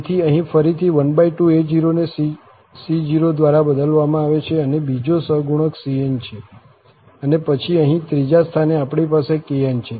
તેથી અહીં ફરીથી 12a0 ને c0 દ્વારા બદલવામાં આવે છે અને બીજો સહગુણક cn છે અને પછી અહીં ત્રીજા સ્થાને આપણી પાસે kn છે